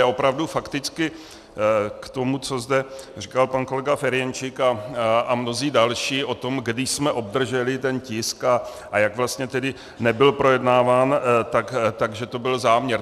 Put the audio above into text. Opravdu fakticky k tomu, co zde říkal pan kolega Ferjenčík a mnozí další o tom, kdy jsme obdrželi ten tisk a jak vlastně tedy nebyl projednáván, tak že to byl záměr.